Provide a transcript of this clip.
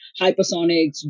hypersonics